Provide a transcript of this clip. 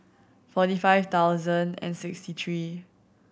forty five thousand and sixty three